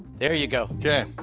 there you go. okay,